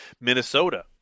Minnesota